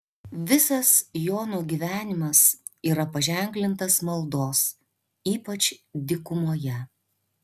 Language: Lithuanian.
visas jono gyvenimas yra paženklintas maldos ypač dykumoje